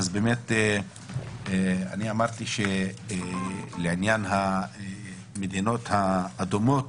אז באמת אני אמרתי שלעניין המדינות האדומות,